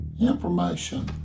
information